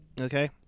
Okay